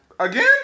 Again